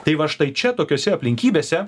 tai va štai čia tokiose aplinkybėse